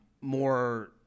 more